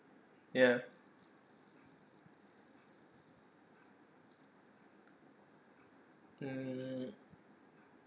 ya mm